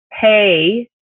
pay